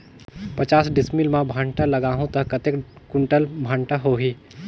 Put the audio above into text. पचास डिसमिल मां भांटा लगाहूं ता कतेक कुंटल भांटा होही?